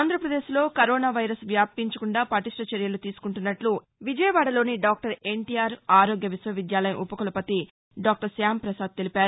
ఆంధ్రప్రదేశ్లో corona virus వ్యాపించకుండా పటిష్ణ చర్యలు తీసుకుంటున్నట్లు విజయవాడలోని డాక్టర్ ఎన్టీఆర్ వైద్య ఆరోగ్య విశ్వవిద్యాలయం ఉప కులపతి డాక్టర్ శ్యాంప్రసాద్ తెలిపారు